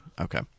Okay